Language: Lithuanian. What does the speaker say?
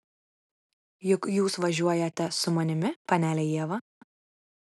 juk jūs važiuojate su manimi panele ieva